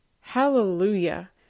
Hallelujah